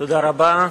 תודה רבה.